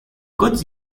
goods